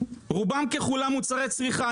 רובם ככולם מוצרי צריכה,